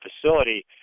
facility